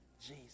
Jesus